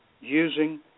using